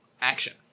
action